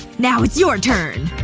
now it is your turn!